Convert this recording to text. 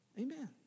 Amen